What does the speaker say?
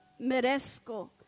merezco